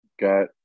got